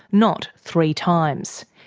not three times.